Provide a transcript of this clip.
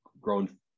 grown